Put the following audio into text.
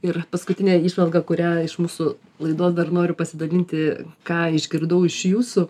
ir paskutinė įžvalga kurią iš mūsų laidos dar noriu pasidalinti ką išgirdau iš jūsų